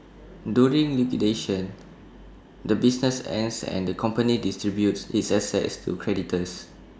during liquidation the business ends and the company distributes its assets to creditors